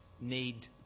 need